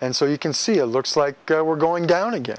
and so you can see a looks like we're going down again